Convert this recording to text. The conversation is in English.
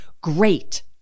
great